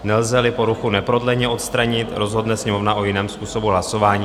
Nelzeli poruchu neprodleně odstranit, rozhodne Sněmovna o jiném způsobu hlasování.